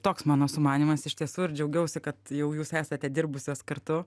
toks mano sumanymas iš tiesų ir džiaugiausi kad jau jūs esate dirbusios kartu